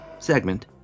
segment